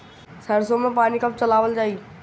सरसो में पानी कब चलावल जाई?